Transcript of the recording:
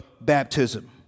baptism